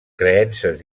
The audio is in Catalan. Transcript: creences